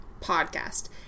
podcast